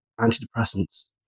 antidepressants